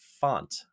font